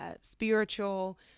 spiritual